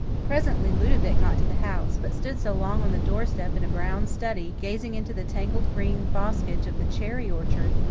presently ludovic got to the house, but stood so long on the doorstep in a brown study, gazing into the tangled green boskage of the cherry orchard,